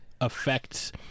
affects